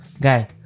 Guy